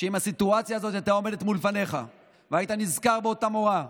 שאם הסיטואציה הזאת הייתה עומדת מול פניך והיית נזכר באותה מורה,